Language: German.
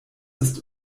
ist